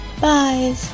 Bye